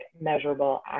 measurable